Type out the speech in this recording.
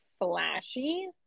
flashy